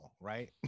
right